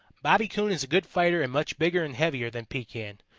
bobby coon is a good fighter and much bigger and heavier than pekan,